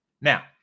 now